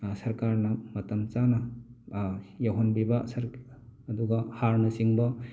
ꯁꯔꯀꯥꯔꯅ ꯃꯇꯝ ꯆꯥꯅ ꯌꯧꯍꯟꯕꯤꯕ ꯁꯔ ꯑꯗꯨꯒ ꯍꯥꯔꯅꯆꯤꯡꯕ